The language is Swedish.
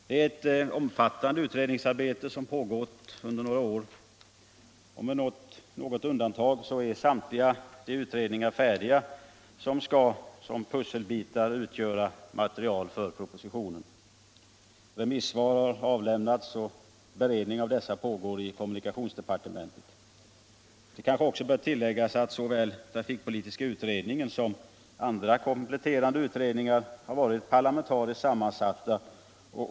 Det är ett omfattande utredningsarbete som har pågått under några år. Med något undantag är samtliga de utredningar färdiga, vilka som pusselbitar skall utgöra material för propositionen. Remissvar har avlämnats, och beredning av dessa pågår i kommunikationsdepartementet. Det kanske också bör tilläggas att såväl trafikpolitiska utredningen som andra kompletterande utredningar har varit parlamentariskt sammansatta.